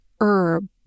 herb